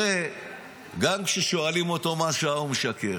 הרי גם כששואלים אותו מה השעה הוא משקר.